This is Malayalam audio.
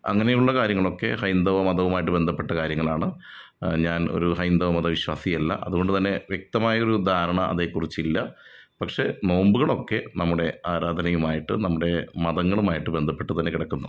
അങ്ങനെയുള്ള കാര്യങ്ങളൊക്കെ ഹൈന്ദവ മതവുമായിട്ട് ബന്ധപ്പെട്ട കാര്യങ്ങളാണ് ഞാൻ ഒരു ഹൈന്ദവ മത വിശ്വാസിയല്ല അതുകൊണ്ട് തന്നെ വ്യക്തമായൊരു ധാരണ അതേക്കുറിച്ചില്ല പക്ഷേ നോമ്പുകളൊക്കെ നമ്മുടെ ആരാധനയുമായിട്ട് നമ്മുടെ മതങ്ങളുമായിട്ട് ബന്ധപ്പെട്ട് തന്നെ കിടക്കുന്നു